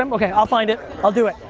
um okay, i'll find it, i'll do it.